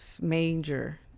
major